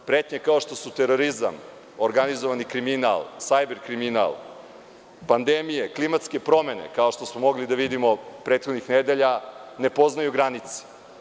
Pretnje kao što su terorizam, organizovani kriminal, sajber kriminal, pandemije, klimatske promene, kao što smo mogli da vidimo prethodnih nedelja, ne poznaju granice.